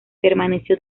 permaneció